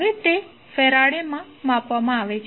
હવે તે ફેરાડે માં માપવામાં આવે છે